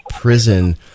Prison